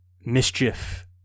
mischief